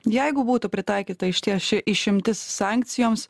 jeigu būtų pritaikyta išties ši išimtis sankcijoms